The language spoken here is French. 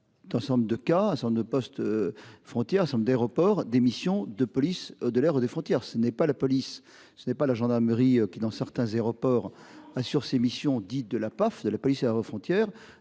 exerce. 62 cas ça ne poste. Frontière d'aéroport des missions de police de l'air et des frontières, ce n'est pas la police, ce n'est pas la gendarmerie qui dans certains aéroport assure ses missions dites de la PAF de la police policière aux frontières,